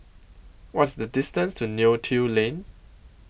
What IS The distance to Neo Tiew Lane